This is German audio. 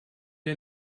wir